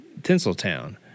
Tinseltown